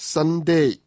Sunday